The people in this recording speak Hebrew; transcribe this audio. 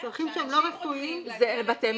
מה שאנחנו רוצים לעשות בתקנות הללו זה לייצר